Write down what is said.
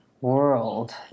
world